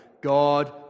God